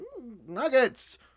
Nuggets